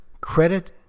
credit